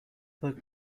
the